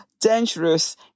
dangerous